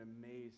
amazing